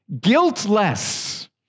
guiltless